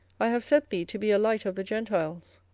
i have set thee to be a light of the gentiles,